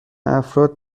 افراد